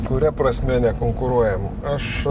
kuria prasme nekonkuruojam aš